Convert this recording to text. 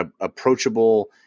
approachable